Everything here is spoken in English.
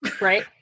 right